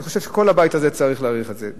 אני חושב שכל הבית הזה צריך להעריך את זה,